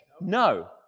No